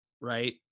right